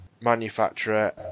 manufacturer